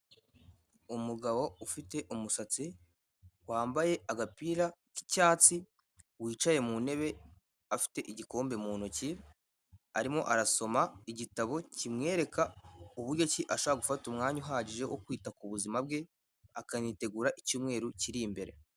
umugabo ufite umusatsi, wambaye agapira k'icyatsi, wicaye mu ntebe afite igikombe mu ntoki, arimo arasoma igitabo kimwereka uburyo ki ashobora gufata umwanya uhagije wo kwita ku buzima bwe, akanitegura icyumweru kiri imbere.